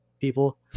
people